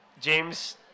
James